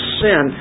sin